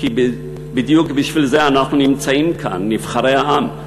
כי בדיוק בשביל זה אנחנו נמצאים כאן, נבחרי העם,